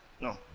No